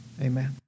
Amen